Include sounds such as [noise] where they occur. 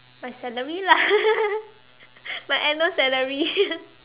my salary lah [laughs] my annual salary [laughs]